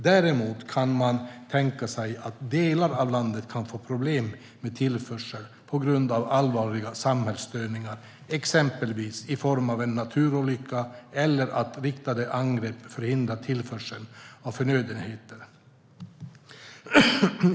Däremot kan man tänka sig att delar av landet kan få problem med tillförseln på grund av allvarlig samhällsstörning exempelvis i form av en naturolycka eller att riktade angrepp förhindrar tillförseln av förnödenheter.